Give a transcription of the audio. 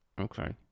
Okay